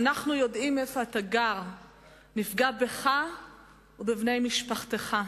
"אנחנו יודעים איפה אתה גר"; "נפגע בך ובבני משפחתך";